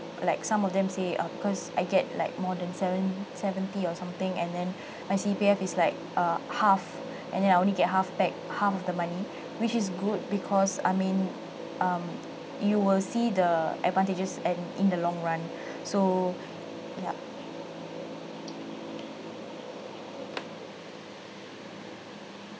like some of them say uh because I get like more than seven seventy or something and then my C_P_F is like uh half and then I only get half back half of the money which is good because I mean um you will see the advantages and in the long run so ya